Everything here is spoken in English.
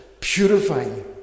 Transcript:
purifying